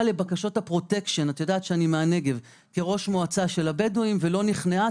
לבקשות הפרוטקשן בנגב כראש מועצה של הבדואים ולא נכנעה,